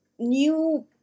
New